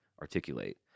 articulate